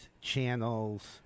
channels